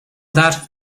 that